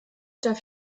darf